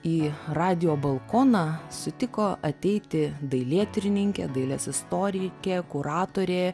į radijo balkoną sutiko ateiti dailėtyrininkė dailės istorikė kuratorė